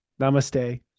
Namaste